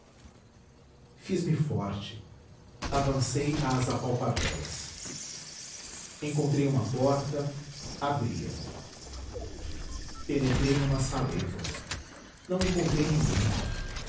fiz-me forte avancei às apalpadelas encontrei uma porta abri-a penetrei numa saleta não encontrei ninguém